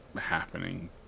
happening